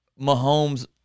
mahomes